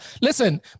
Listen